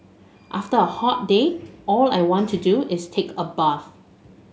after a hot day all I want to do is take a bath